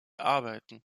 arbeiten